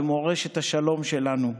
למורשת השלום שלנו.